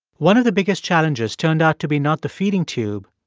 one of the biggest challenges turned out to be not the feeding tube,